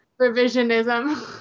revisionism